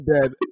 dead